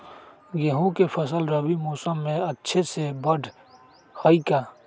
गेंहू के फ़सल रबी मौसम में अच्छे से बढ़ हई का?